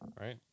Right